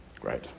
Great